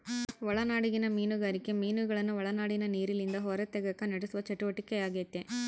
ಒಳನಾಡಿಗಿನ ಮೀನುಗಾರಿಕೆ ಮೀನುಗಳನ್ನು ಒಳನಾಡಿನ ನೀರಿಲಿಂದ ಹೊರತೆಗೆಕ ನಡೆಸುವ ಚಟುವಟಿಕೆಯಾಗೆತೆ